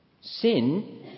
Sin